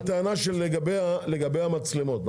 הטענה שלכם לגבי המצלמות.